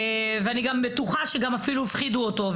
אני בטוחה שקצת הפחידו אותו.